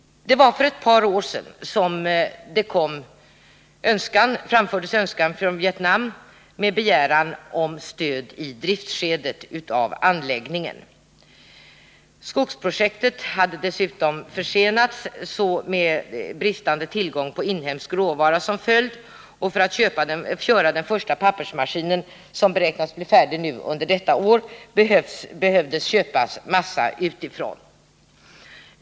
För ett par år sedan framfördes en önskan från Vietnam om stöd i anläggningens driftskede. Skogsprojektet hade dessutom försenats med bristande tillgång på inhemsk råvara som följd. För att köra den första pappersmaskinen, som beräknas bli färdig under innevarande år, behövde massa köpas utifrån.